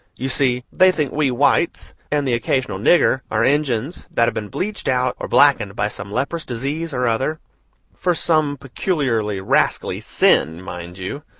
you see, they think we whites and the occasional nigger are injuns that have been bleached out or blackened by some leprous disease or other for some peculiarly rascally sin, mind you.